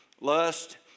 lust